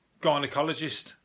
gynecologist